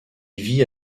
vit